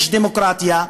יש דמוקרטיה,